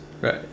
Right